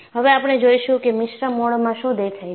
હવે આપણે જોઈશું કે મિશ્ર મોડમાં શું દેખાય છે